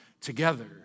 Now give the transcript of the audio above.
together